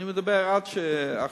אני מדבר עד עכשיו,